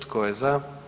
Tko je za?